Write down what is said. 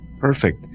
Perfect